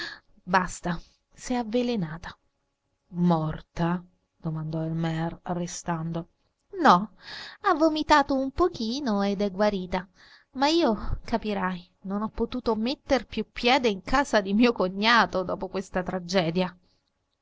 basta s'è avvelenata morta domandò il mear restando no ha vomitato un pochino ed è guarita ma io capirai non ho potuto metter più piede in casa di mio cognato dopo questa tragedia